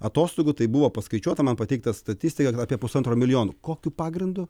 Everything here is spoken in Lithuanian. atostogų tai buvo paskaičiuota man pateikta statistika apie pusantro milijono kokiu pagrindu